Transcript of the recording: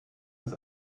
das